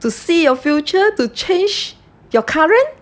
to see your future to change your current